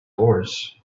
horse